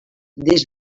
des